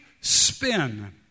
spin